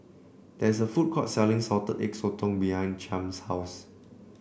there is a food court selling Salted Egg Sotong behind Chaim's house